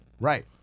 right